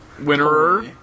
winner